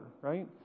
right